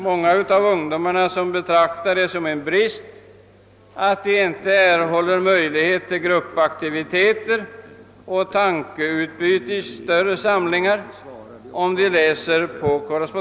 Många av ungdomarna betraktar det vidare som en brist att korrespondensstudier inte ger dem möjlighet till gruppaktiviteter och tankeutbyte i större samlingar.